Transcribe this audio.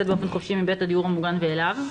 באופן חופשי מבית הדיור המוגן מאליו.